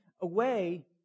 away